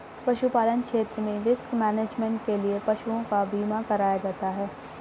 पशुपालन क्षेत्र में रिस्क मैनेजमेंट के लिए पशुओं का बीमा कराया जाता है